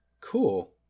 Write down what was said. cool